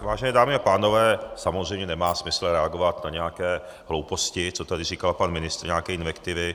Vážené dámy a pánové, samozřejmě nemá smysl reagovat na nějaké hlouposti, co tady říkal pan ministr, nějaké invektivy.